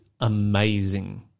amazing